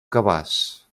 cabàs